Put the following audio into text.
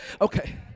Okay